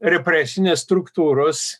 represinės struktūros